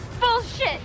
bullshit